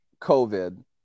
COVID